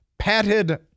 patted